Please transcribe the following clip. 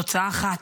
תוצאה אחת,